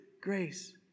grace